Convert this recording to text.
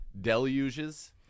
deluges